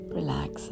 relax